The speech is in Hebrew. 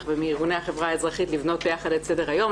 ומארגוני החברה האזרחית לבנות ביחד את סדר היום.